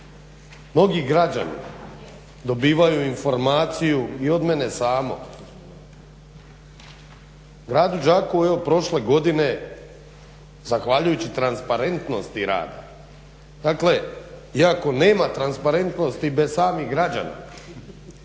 Mnogi građani dobivaju informacije i od mene samog. Gradu Đakovu, evo prošle godine zahvaljujući transparentnosti rada. Dakle, iako nema transparentnosti bez samih građana,